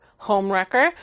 homewrecker